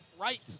right